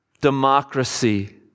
democracy